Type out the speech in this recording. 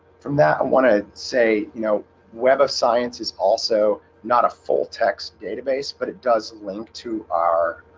from that i want to say, you know web of science is also not a full-text database, but it does link to our